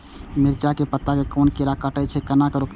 मिरचाय के पत्ता के कोन कीरा कटे छे ऊ केना रुकते?